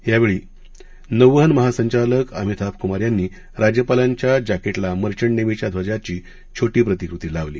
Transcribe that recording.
यावेळी नौवहन महासंचालक अमिताभ कुमार यांनी राज्यपालांच्या जॅकेटला मर्चंट नेव्हीच्या ध्वजाची छोटी प्रतिकृती लावली